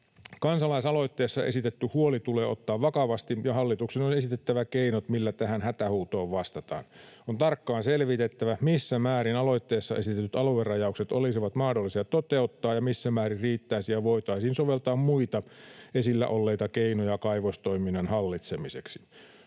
Kansalaisaloitteessa esitetty huoli tulee ottaa vakavasti, ja hallituksen on esitettävä keinot, millä tähän hätähuutoon vastataan. On tarkkaan selvitettävä, missä määrin aloitteessa esitetyt aluerajaukset olisivat mahdollisia toteuttaa ja missä määrin riittäisi ja voitaisiin soveltaa muita esillä olleita keinoja kaivostoiminnan hallitsemiseksi.